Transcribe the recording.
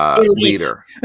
leader